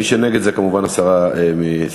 מי שנגד, זו כמובן הסרה מסדר-היום.